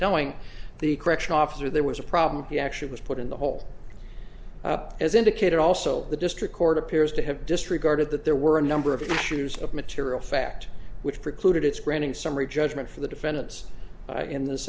telling the corrections officer there was a problem he actually was put in the hole as indicated also the district court appears to have disregarded that there were a number of issues of material fact which precluded its granting summary judgment for the defendants in this